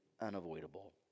unavoidable